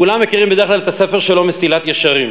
כולם מכירים את ספרו "מסילת ישרים",